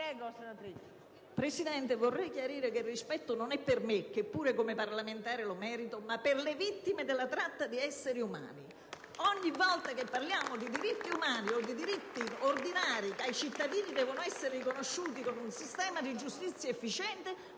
Presidente, vorrei chiarire che il rispetto non è per me, che pure come parlamentare lo merito, ma per le vittime della tratta di esseri umani. *(Applausi dal Gruppo* *PD).* Ogni volta che parliamo di diritti umani o di diritti ordinari che ai cittadini devono essere riconosciuti con un sistema di giustizia efficiente